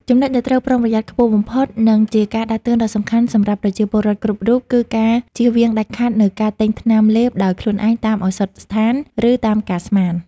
ចំណុចដែលត្រូវប្រុងប្រយ័ត្នខ្ពស់បំផុត និងជាការដាស់តឿនដ៏សំខាន់សម្រាប់ប្រជាពលរដ្ឋគ្រប់រូប គឺការជៀសវាងដាច់ខាតនូវការទិញថ្នាំលេបដោយខ្លួនឯងតាមឱសថស្ថាន ឬតាមការស្មាន។